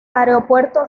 aeropuerto